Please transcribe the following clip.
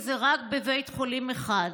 וזה רק בבית חולים אחד.